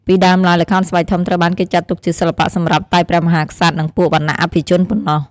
ពីដើមឡើយ ល្ខោនស្បែកធំត្រូវបានគេចាត់ទុកជាសិល្បៈសម្រាប់តែព្រះមហាក្សត្រ និងពួកវណ្ណៈអភិជនប៉ុណ្ណោះ។